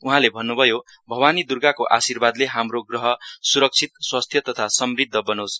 उहाले भन्नुभयो भवानी द्र्गाको आर्शिवादले हाम्रो ग्रह सुरक्षित स्वस्थ्य तथा समृद्द बनोस